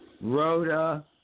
Rhoda